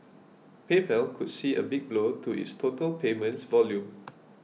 PayPal could see a big blow to its total payments volume